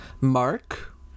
Mark